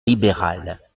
libérales